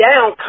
down